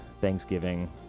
Thanksgiving